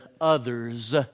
others